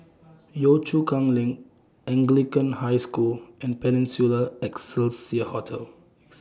Yio Chu Kang LINK Anglican High School and Peninsula Excelsior Hotel